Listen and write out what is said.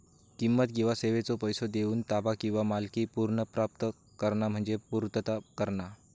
किंमत किंवा सेवेचो पैसो देऊन ताबा किंवा मालकी पुनर्प्राप्त करणा म्हणजे पूर्तता करणा